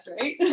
right